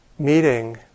Meeting